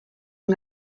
yng